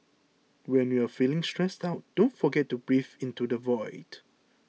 when you are feeling stressed out don't forget to breathe into the void